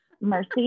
Mercy